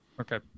Okay